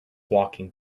walking